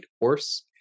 horse